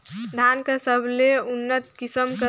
धान कर सबले उन्नत किसम कर बिहान कइसे तियार करथे?